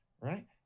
right